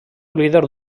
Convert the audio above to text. líder